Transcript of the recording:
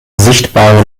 sichtbare